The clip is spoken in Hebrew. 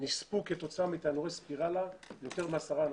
נספו כתוצאה מתנורי ספיראלה יותר מעשרה אנשים,